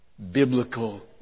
Biblical